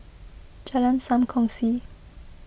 Jalan Sam Kongsi